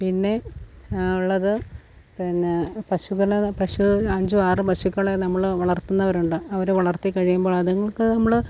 പിന്നെ ഉള്ളത് പിന്നെ പശുക്കളെ പശു അഞ്ചും ആറും പശുക്കളെ നമ്മൾ വളർത്തുന്നവരുണ്ട് അവർ വളർത്തി കഴിയുമ്പോൾ അതിങ്ങൾക്ക് നമ്മൾ